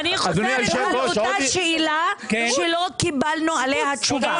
אני חוזרת על אותה שאלה שלא קיבלנו עליה תשובה.